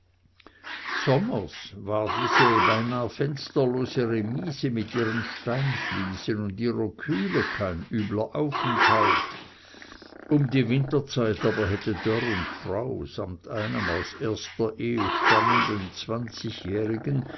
sommers war diese beinah fensterlose remise mit ihren steinfliesen und ihrer kühle kein übler aufenthalt um die winterzeit aber hätte dörr und frau samt einem aus erster ehe stammenden zwanzigjährigen